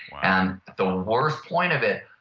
and the worst point of it,